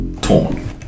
torn